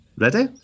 Ready